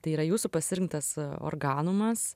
tai yra jūsų pasirinktas organumas